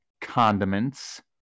condiments